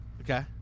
Okay